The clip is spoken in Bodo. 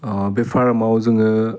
अह बे फारामाव जोङो